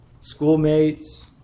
schoolmates